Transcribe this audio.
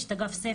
יש את אגף 'סיף',